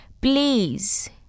Please